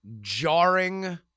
jarring